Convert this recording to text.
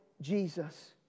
Jesus